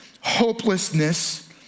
hopelessness